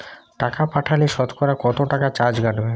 টাকা পাঠালে সতকরা কত টাকা চার্জ কাটবে?